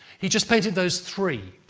he just painted those three.